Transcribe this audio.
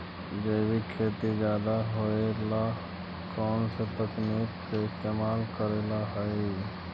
जैविक खेती ज्यादा होये ला कौन से तकनीक के इस्तेमाल करेला हई?